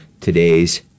today's